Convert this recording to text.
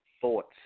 thoughts